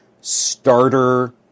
starter